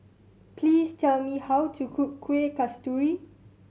please tell me how to cook Kueh Kasturi